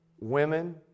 women